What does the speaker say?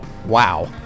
Wow